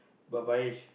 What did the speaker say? but Parish